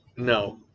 No